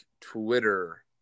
Twitter